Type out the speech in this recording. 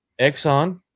Exxon